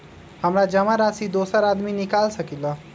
हमरा जमा राशि दोसर आदमी निकाल सकील?